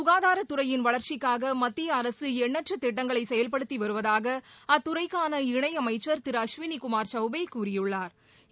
சுகாதாரத்துறையின் வளர்ச்சிக்காக மத்திய அரசு எண்ணற்ற திட்டங்களை செயல்படுத்தி வருவதாக அத்துறைக்கான இணை அமைச்சா் திரு அஸ்வினிகுமாா் சௌபே கூறியுள்ளாா்